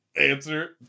answer